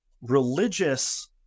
religious